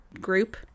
group